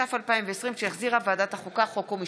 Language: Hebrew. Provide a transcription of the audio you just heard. התש"ף 2020, שהחזירה ועדת החוקה, חוק ומשפט.